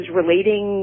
relating